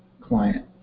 client